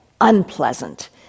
unpleasant